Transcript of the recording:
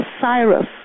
Cyrus